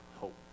hope